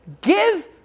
give